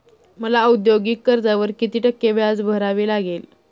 मला औद्योगिक कर्जावर किती टक्के व्याज भरावे लागेल?